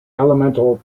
elemental